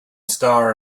star